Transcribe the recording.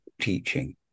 teaching